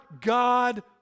God